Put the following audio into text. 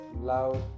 Loud